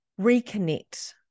reconnect